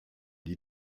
die